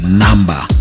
number